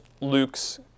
Luke's